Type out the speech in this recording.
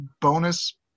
bonus